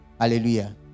Hallelujah